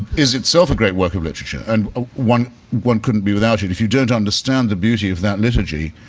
is itself a great work of literature and ah one one couldn't be without it, if you don't understand the beauty of that liturgy,